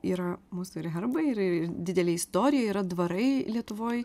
yra mūsų ir herbai ir didelė istorija yra dvarai lietuvoj